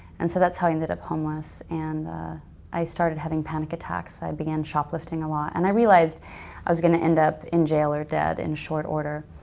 and so that's how i ended up homeless. and i started having panic attacks. i began shoplifting a lot and i realized i was gonna end up in jail or dead in short order.